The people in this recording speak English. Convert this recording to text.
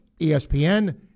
ESPN